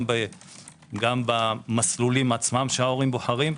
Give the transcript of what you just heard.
גם במסלולים עצמם שההורים בוחרים,